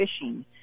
fishing